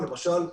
למשל,